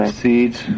seeds